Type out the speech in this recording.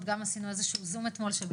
אבל כל עוד המצב הזה לא